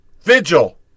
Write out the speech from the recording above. vigil